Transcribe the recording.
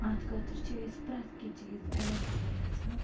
اَتھ خٲطرٕ چھِ أسۍ پرٛٮ۪تھ کیٚنہہ چیٖز اٮ۪وَلیبٕل گژھان